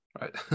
right